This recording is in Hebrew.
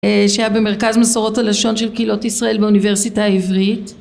שהיה במרכז מסורות הלשון של קהילות ישראל באוניברסיטה העברית